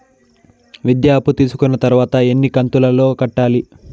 విద్య అప్పు తీసుకున్న తర్వాత ఎన్ని కంతుల లో కట్టాలి?